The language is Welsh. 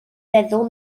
feddwl